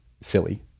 silly